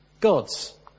God's